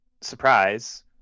surprise